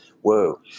Whoa